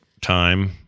time